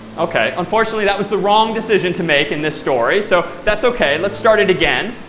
ok, unfortunately, that was the wrong decision to make in this story. so that's ok. let's start it again.